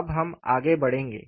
अब हम आगे बढ़ेंगे